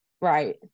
right